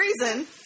reason